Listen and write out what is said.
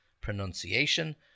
pronunciation